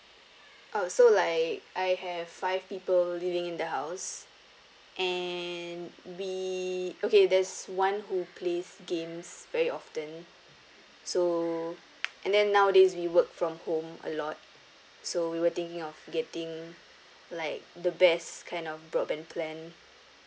oh so like I have five people living in the house and we okay there's one who plays games very often so and then nowadays we work from home a lot so we were thinking of getting like the best kind of broadband plan